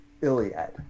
Iliad